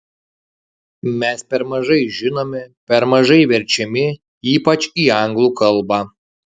mes per mažai žinomi per mažai verčiami ypač į anglų kalbą